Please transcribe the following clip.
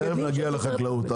תכף נגיע לחקלאות,